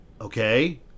Okay